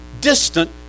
distant